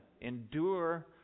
Endure